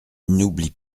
n’oublie